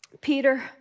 Peter